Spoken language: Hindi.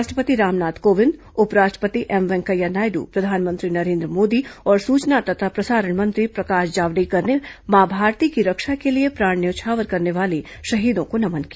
राष्ट्रपति रामनाथ कोविंद उप राष्ट्रपति एम वेंकैया नायड़ प्रधानमंत्री नरेन्द्र मोदी और सूचना तथा प्रसारण मंत्री प्रकाश जावड़ेकर ने मां भारती की रक्षा के लिए प्राण न्यौछावर करने वाले शहीदों को नमन किया